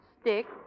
stick